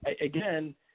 again